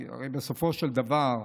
הרי בסופו של דבר,